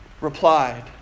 replied